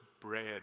bread